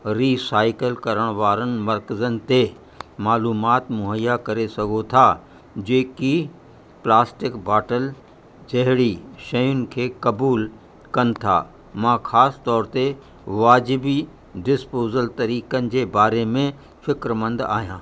recycle करण वारनि मर्कज़नि ते मालूमात मुहैया करे सघो था जेकी प्लास्टिक बाटल जहिड़ी शयुनि खे क़बूल कनि था मां ख़ासि तौर ते वाजिबी डिस्पोज़ल तरीक़नि जे बारे में फ़िक्रिमंद आहियां